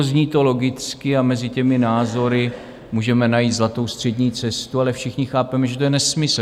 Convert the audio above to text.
Zní to logicky a mezi těmi názory můžeme najít zlatou střední cestu, ale všichni chápeme, že to je nesmysl.